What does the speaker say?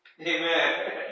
Amen